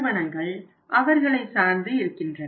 நிறுவனங்கள் அவர்களை சார்ந்திருக்கின்றன